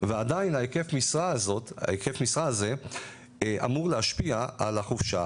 ועדיין ההיקף משרה הזה אמור להשפיע על החופשה,